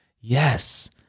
Yes